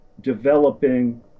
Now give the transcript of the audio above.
developing